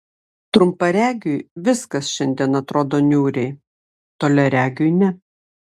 trumparegiui viskas šiandien atrodo niūriai toliaregiui ne